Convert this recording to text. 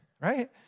Right